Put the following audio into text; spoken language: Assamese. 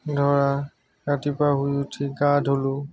ধৰা ৰাতিপুৱা শুই উঠি গা ধুলো